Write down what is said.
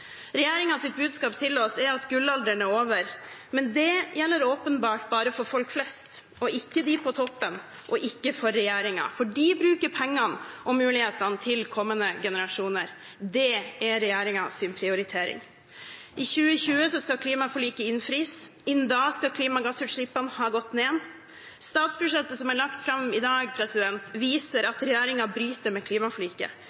budskap til oss er at gullalderen er over, men det gjelder åpenbart bare for folk flest, ikke for dem på toppen – og ikke for regjeringen, for de bruker pengene og mulighetene til kommende generasjoner. Det er regjeringens prioritering. I 2020 skal klimaforliket innfris. Innen da skal klimagassutslippene ha gått ned. Statsbudsjettet som er lagt fram i dag, viser